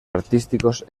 artísticos